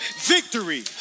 victory